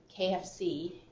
KFC